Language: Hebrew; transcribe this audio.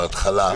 בהתחלה,